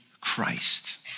Christ